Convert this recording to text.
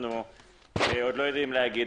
אנחנו עוד לא יודעים להגיד.